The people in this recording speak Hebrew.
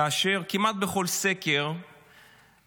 כאשר כמעט בכל סקר שראינו,